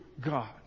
God